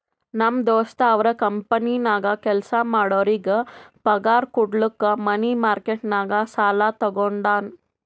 ನಮ್ ದೋಸ್ತ ಅವ್ರ ಕಂಪನಿನಾಗ್ ಕೆಲ್ಸಾ ಮಾಡೋರಿಗ್ ಪಗಾರ್ ಕುಡ್ಲಕ್ ಮನಿ ಮಾರ್ಕೆಟ್ ನಾಗ್ ಸಾಲಾ ತಗೊಂಡಾನ್